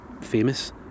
famous